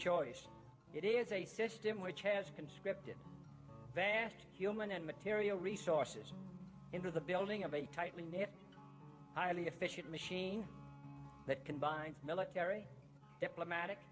choice it is a system which has conscripted vast material resources into the building of a tightly knit highly efficient machine that combines military diplomatic